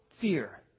fear